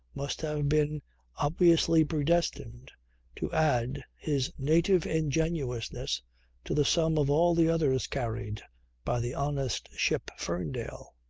must have been obviously predestined to add his native ingenuousness to the sum of all the others carried by the honest ship ferndale.